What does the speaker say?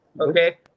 okay